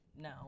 no